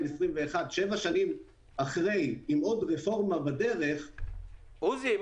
7 שנים אחרי עם עוד רפורמה בדרך --- עוזי,